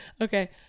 Okay